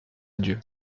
adieu